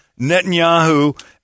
Netanyahu